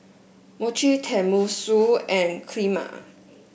Mochi Tenmusu and Kheema